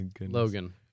Logan